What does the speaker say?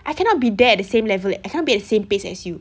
I cannot be there at the same level I cannot be at the same pace as you